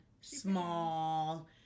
small